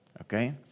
Okay